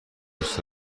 دوست